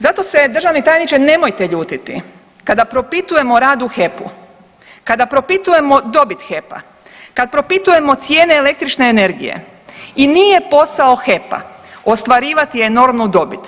Zato se državni tajniče nemojte ljutiti kada propitujemo rad u HEP-u, kada propitujemo dobit HEP-a, kada propitujemo cijene električne energije i nije posao HEP-a ostvarivati enormnu dobit.